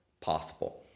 possible